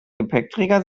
gepäckträger